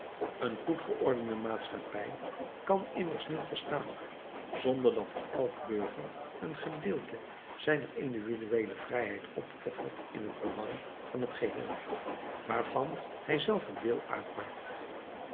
eene goed geordende maatschappij kan immers niet bestaan zonder dat elk burger een gedeelte zijner individueele vrijheid opoffert in het belang van het geheel waarvan hij zelf een deel uitmaakt